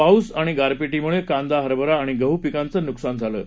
पाऊस आणि गारपीटमुळे कांदा हरभरा आणि गहू पिकाचं नुकसान झालं आहे